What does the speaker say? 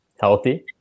healthy